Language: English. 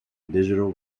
digital